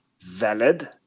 valid